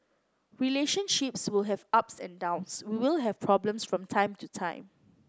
relationships will have ups and downs we will have problems from time to time